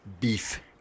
Beef